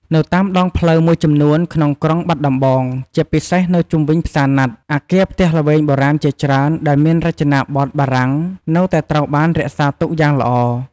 នៅតាមដងផ្លូវមួយចំនួនក្នុងក្រុងបាត់ដំបង ជាពិសេសនៅជុំវិញផ្សារណាត់ អគារផ្ទះល្វែងបុរាណជាច្រើនដែលមានរចនាបថបារាំងនៅតែត្រូវបានរក្សាទុកយ៉ាងល្អ។